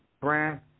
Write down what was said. brand